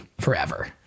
forever